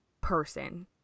person